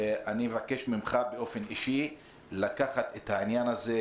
אני מבקש שכל מה שהפסדנו נקבל.